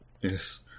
Yes